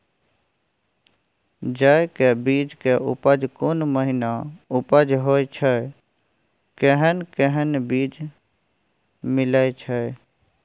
जेय के बीज के उपज कोन महीना उपज होय छै कैहन कैहन बीज मिलय छै?